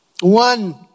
One